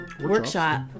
workshop